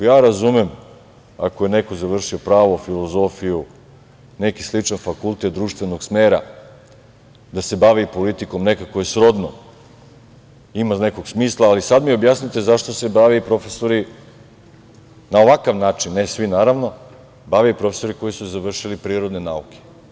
Ja razumem ako je neko završio pravo, filozofiju, neki sličan fakultet društvenog smera da se bavi politikom, nekako je srodno, ima nekog smisla, ali sad mi objasnite – zašto se bave i profesori na ovakav način, ne svi, naravno, profesori koji su završili prirodne nauke?